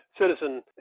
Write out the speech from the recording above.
citizen